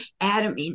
Adam